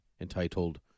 entitled